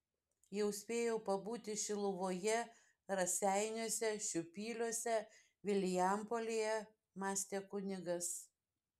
jau spėjau pabūti šiluvoje raseiniuose šiupyliuose vilijampolėje mąstė kunigas